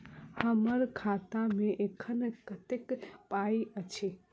हम्मर खाता मे एखन कतेक पाई अछि?